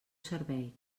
servei